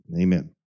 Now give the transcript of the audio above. Amen